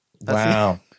Wow